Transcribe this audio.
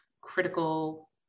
critical